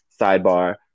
sidebar